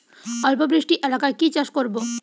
অল্প বৃষ্টি এলাকায় কি চাষ করব?